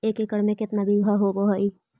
एक एकड़ में केतना बिघा होब हइ?